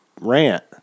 rant